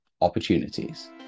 opportunities